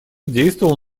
действовал